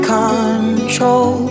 control